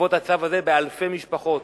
בעקבות הצו הזה באלפי משפחות,